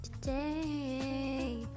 today